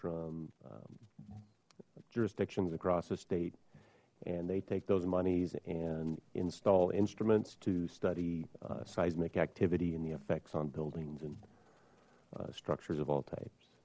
from jurisdictions across the state and they take those monies and install instruments to study seismic activity in the affects on buildings and structures of all types